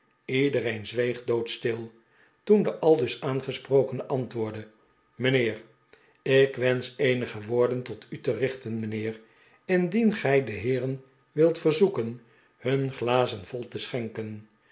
iedereen zweeg doodstil toen de aldus aangesprokene antwoordde mijnheer ik wensch eenige woorden tot u te richten mijnheer indien gij de heeren wilt verzoeken hun glazen vol te schenken